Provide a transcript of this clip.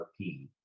RP